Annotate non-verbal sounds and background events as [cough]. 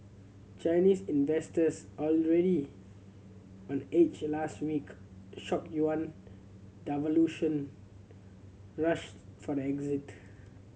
Chinese investors already on edge last week shock yuan [unintelligible] rushed for the exit